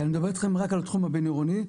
אני מדבר אתכם רק על התחום הבין עירוני.